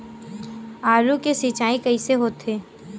आलू के सिंचाई कइसे होथे?